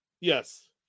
Yes